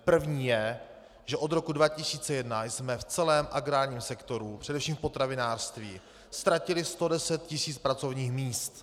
První je, že od roku 2001 jsme v celém agrárním sektoru, především v potravinářství, ztratili 110 tisíc pracovních míst.